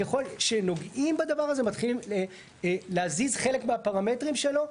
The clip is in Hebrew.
ככל שנוגעים בדבר הזה מתחילים להזיז חלק מהפרמטרים שלו.